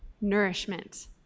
nourishment